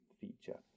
feature